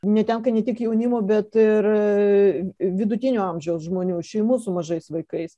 netenka ne tik jaunimo bet ir vidutinio amžiaus žmonių šeimų su mažais vaikais